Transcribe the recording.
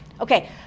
Okay